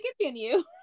continue